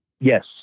Yes